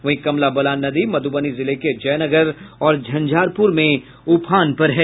वहीं कमला बलान नदी मधुबनी जिले के जयनगर और झंझारपुर में उफान पर है